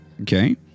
Okay